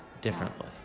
differently